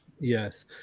Yes